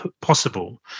possible